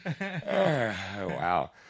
Wow